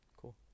cool